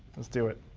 let's do it.